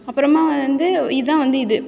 அப்புறமாக வந்து இதான் வந்து இது